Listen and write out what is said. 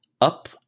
up